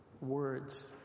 words